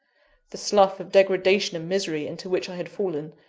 the slough of degradation and misery into which i had fallen,